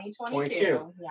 2022